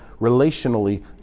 relationally